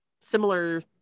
similar